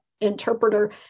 interpreter